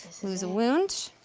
lose a wound,